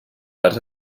parts